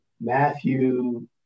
matthew